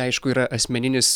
aišku yra asmeninis